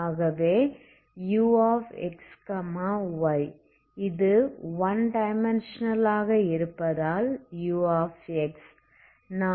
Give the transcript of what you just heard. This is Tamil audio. ஆகவே uxy இது 1 டைமென்ஷன்ஸனல் ஆக இருந்தால் u